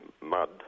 mud